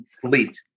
fleet